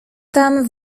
tam